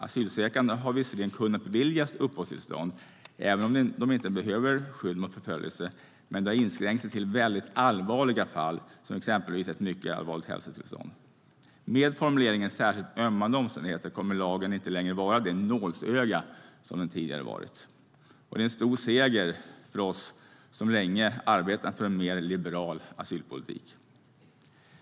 Asylsökande har visserligen kunnat beviljas uppehållstillstånd även om de inte behöver skydd mot förföljelse. Det har dock inskränkt sig till väldigt allvarliga fall, exempelvis ett mycket allvarligt hälsotillstånd. Med formuleringen "särskilt ömmande omständigheter" kommer lagen inte längre att vara det nålsöga den tidigare varit. Det är en stor seger för oss som länge arbetat för en mer liberal asylpolitik.